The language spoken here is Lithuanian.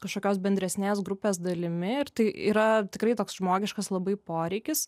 kažkokios bendresnės grupės dalimi ir tai yra tikrai toks žmogiškas labai poreikis